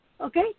okay